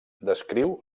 descriu